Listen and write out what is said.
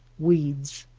weeds,